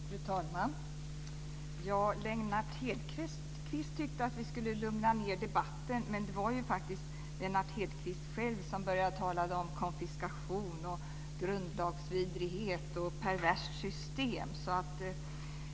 Fru talman! Lennart Hedquist tyckte att vi skulle lugna ned debatten. Men det var ju faktiskt Lennart Hedquist själv som började tala om konfiskation, grundlagsvidrighet och ett perverst system. Fru talman!